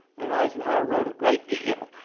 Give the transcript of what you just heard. and eisenhower wrote a great deal.